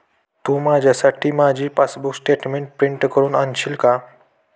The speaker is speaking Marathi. तू माझ्यासाठी माझी पासबुक स्टेटमेंट प्रिंट करून आणशील का?